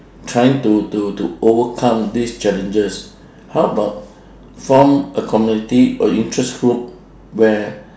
trying to to to overcome these challenges how about form a community or interest group where